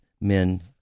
men